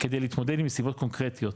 כדי להתמודד עם נסיבות קונקרטיות,